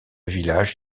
village